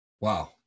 wow